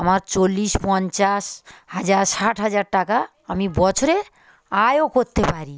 আমার চল্লিশ পঞ্চাশ হাজার ষাট হাজার টাকা আমি বছরে আয়ও করতে পারি